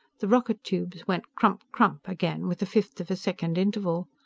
the rocket tubes went crump-crump again, with a fifth of a second interval.